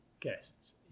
Guests